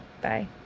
bye